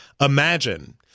Imagine